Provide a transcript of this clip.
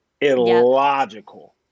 Illogical